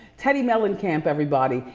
teddi mellencamp everybody,